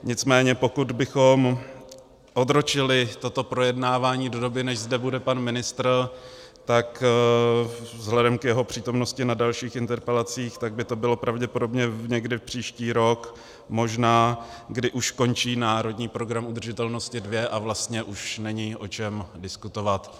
Nicméně pokud bychom odročili toto projednávání, než zde bude pan ministr, tak vzhledem k jeho přítomnosti na dalších interpelacích, tak by to bylo pravděpodobně někdy příští rok možná, kdy už končí Národní program udržitelnosti II, a vlastně už není o čem diskutovat.